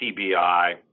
TBI